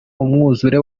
umwuzure